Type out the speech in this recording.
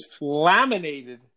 Laminated